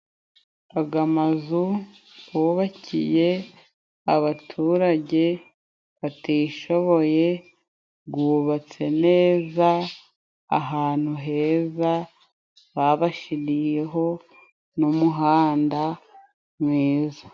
Aga mazu, bubakiye abaturage batishoboye, gubatse neza, ahantu heza, babashiriyeho n'umuhanda mwiza.